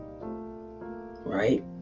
Right